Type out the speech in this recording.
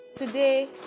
Today